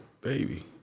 baby